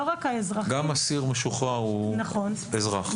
גם אסיר משוחרר הוא אזרח.